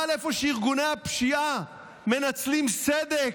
אבל איפה שארגוני הפשיעה מנצלים סדק,